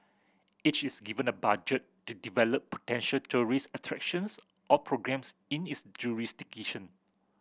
each is given a budget to develop potential tourist attractions or programmes in its jurisdiction